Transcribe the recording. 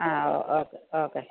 ആ okay okay